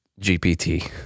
GPT